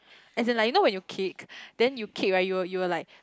as in like you know when you kick then you kick right you will you will like